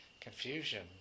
confusion